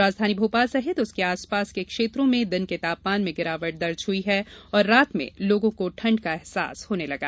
राजधानी भोपाल सहित उसके आसपास के क्षेत्रों में दिन के तापमान में गिरावट दर्ज हुई और रात में लोगों को ठंड का एहसास होने लगा है